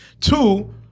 Two